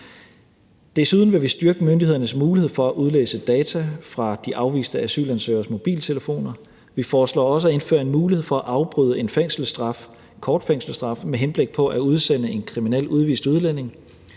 Desuden vil vi styrke myndighedernes mulighed for at udlæse data fra de afviste asylansøgeres mobiltelefoner. Vi foreslår også at indføre en mulighed for at afbryde en kort fængselsstraf med henblik på at udsende en kriminel udvist udlænding,